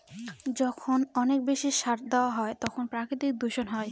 যখন অনেক বেশি সার দেওয়া হয় তখন প্রাকৃতিক দূষণ হয়